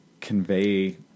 convey